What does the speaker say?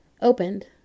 opened